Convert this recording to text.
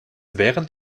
während